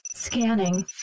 scanning